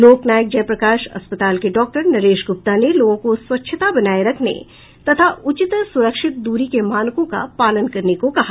लोकनायक जयप्रकाश अस्पताल के डॉक्टर नरेश गुप्ता ने लोगों को स्वच्छता बनाए रखने तथा उचित सुरक्षित दूरी के मानकों का पालन करने को कहा है